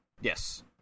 Yes